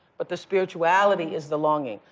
but the spirituality is the longing.